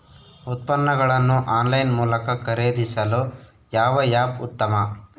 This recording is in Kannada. ಉತ್ಪನ್ನಗಳನ್ನು ಆನ್ಲೈನ್ ಮೂಲಕ ಖರೇದಿಸಲು ಯಾವ ಆ್ಯಪ್ ಉತ್ತಮ?